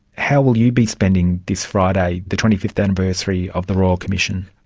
how will you be spending this friday, the twenty fifth anniversary of the royal commission?